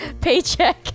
paycheck